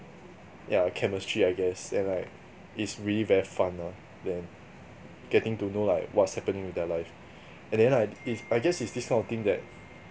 yeah chemistry I guess and like it's really very fun lah then getting to know like what's happening in their life and then I if I guess is this kind of thing that